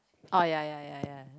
oh ya ya ya ya